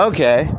Okay